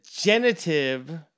genitive